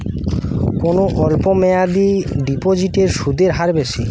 কোন অল্প মেয়াদি ডিপোজিটের সুদের হার বেশি?